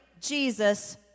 Jesus